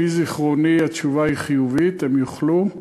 לפי זיכרוני, התשובה היא חיובית, הן יוכלו.